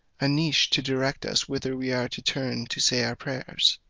a niche, to direct us whither we are to turn to say our prayers